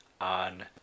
on